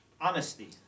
honesty